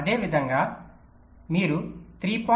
అదేవిధంగా మీరు 3